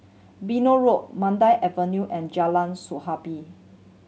Beno Road Mandai Avenue and Jalan